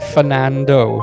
Fernando